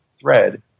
thread